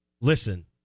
listen